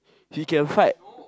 he can fight